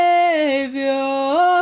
Savior